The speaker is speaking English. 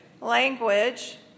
language